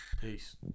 Peace